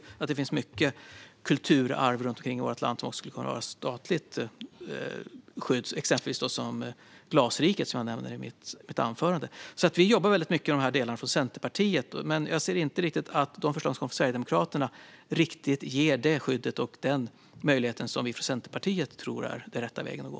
Det finns många kulturarv runt om i vårt land som skulle kunna ha statligt skydd, exempelvis Glasriket som jag nämnde i mitt anförande. Vi i Centerpartiet jobbar väldigt mycket med de här delarna. Men jag ser inte riktigt att Sverigedemokraternas förslag ger riktigt samma skydd och möjligheter. Det är inte den väg som vi i Centerpartiet tror är den rätta att gå.